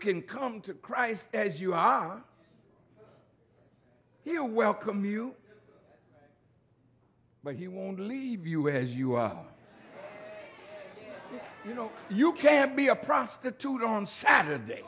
can come to christ as you are here welcome you but he won't leave you as you are you know you can't be a prostitute on saturday